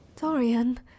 Dorian